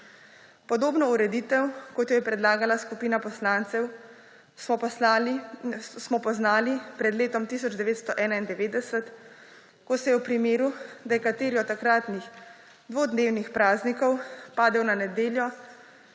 Podobno ureditev, kot jo je predlagala skupina poslancev, smo poznali pred letom 1991, ko se je v primeru, da je kateri od takratnih dvodnevnih praznikov padel na nedeljo,